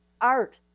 art